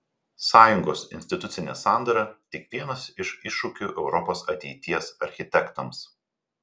sąjungos institucinė sandara tik vienas iš iššūkių europos ateities architektams